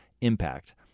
impact